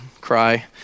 cry